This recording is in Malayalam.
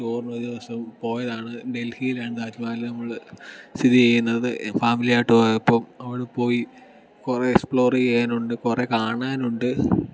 ടൂറിന് ഒരു ദിവസം പോയതാണ് ഡൽഹിയിലാണ് താജ്മഹൽ നമ്മൾ സ്ഥിതി ചെയ്യുന്നത് ഫാമിലിയായിട്ട് പോയപ്പം അവിടെ പോയി കുറെ എക്സ്പ്ലോർ ചെയ്യാൻ ഉണ്ട് കുറെ കാണാനുണ്ട്